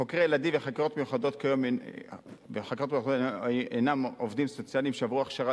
חוקרי ילדים וחקירות מיוחדות כיום הם עובדים סוציאליים שעברו הכשרה